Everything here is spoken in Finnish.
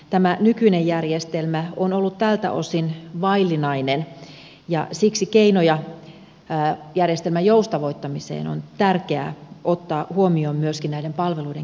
tämä nykyinen järjestelmä on ollut tältä osin vaillinainen ja siksi keinoja järjestelmän joustavoittamiseen on tärkeää ottaa huomioon myöskin näiden palveluiden kehittämisessä